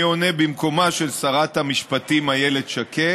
אני עונה במקומה של שרת המשפטים איילת שקד,